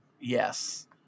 Yes